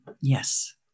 Yes